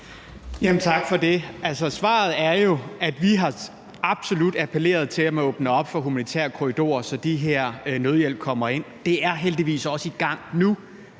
Tak for det. Svaret er jo, at vi absolut har appelleret til, at man åbner op for humanitære korridorer, så den her nødhjælp kommer ind. Det er heldigvis også i gang nu.